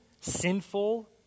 sinful